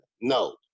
No